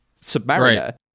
submariner